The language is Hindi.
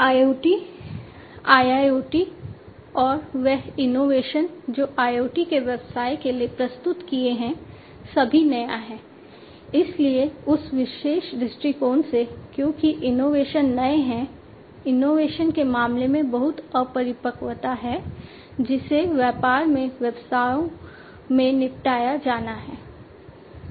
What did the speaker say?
IoT IIoT और वह इनोवेशन के मामले में बहुत अपरिपक्वता है जिसे व्यापार में व्यवसायों में निपटाया जाना है